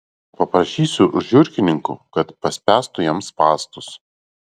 paprašysiu žiurkininkų kad paspęstų jam spąstus